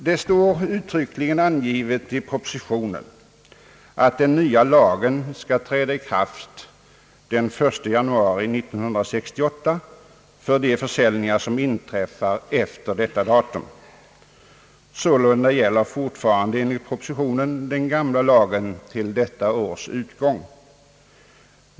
Det står uttryckligen angivet i propositionen att den nya lagen skall träda i kraft den 1 januari 1968 för de försäljningar som sker efter detta datum. Sålunda gäller fortfarande enligt propositionen den gamla lagen till detta års utgång.